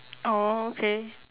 oh okay